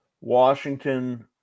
Washington